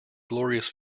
glorious